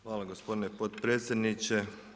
Hvala gospodine potpredsjedniče.